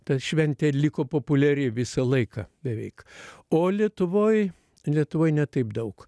ta šventė liko populiari visą laiką beveik o lietuvoj lietuvoj ne taip daug